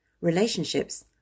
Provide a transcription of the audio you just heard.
relationships